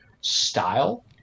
style